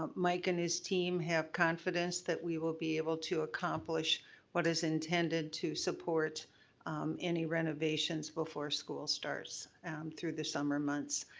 ah like and his team have confidence that we will be able to accomplish what is intended to support any renovations before school starts through the summer months.